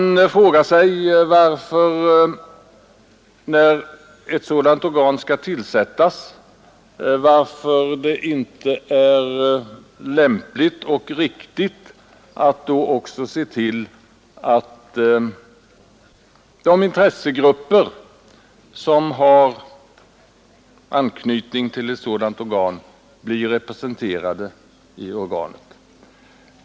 Man frågar sig varför det inte när ett sådant organ skall inrättas är lämpligt och riktigt att de intressegrupper som har anknytning till organet blir representerade i detta.